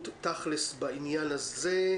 גני הילדים נפתחו אתמול 20% פחות או יותר.